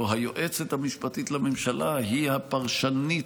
הרי היועצת המשפטית לממשלה היא הפרשנית